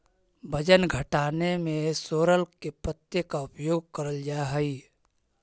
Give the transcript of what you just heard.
वजन घटाने में सोरल के पत्ते का उपयोग करल जा हई?